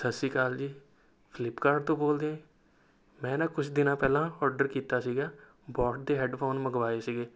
ਸਤਿ ਸ਼੍ਰੀ ਅਕਾਲ ਜੀ ਫਲਿੱਪਕਾਰਟ ਤੋਂ ਬੋਲਦੇ ਮੈਂ ਨਾਂ ਕੁਝ ਦਿਨ ਪਹਿਲਾਂ ਓਡਰ ਕੀਤਾ ਸੀਗਾ ਬੋਟ ਦੇ ਹੈੱਡਫੋਨ ਮੰਗਵਾਏ ਸੀਗੇ